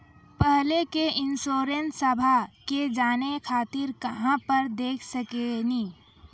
पहले के इंश्योरेंसबा के जाने खातिर कहां पर देख सकनी?